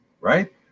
right